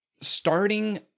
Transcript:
starting